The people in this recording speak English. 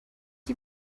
you